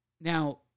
Now